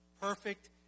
perfect